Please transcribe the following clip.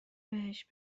بهش